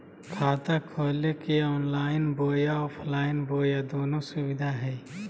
खाता खोले के ऑनलाइन बोया ऑफलाइन बोया दोनो सुविधा है?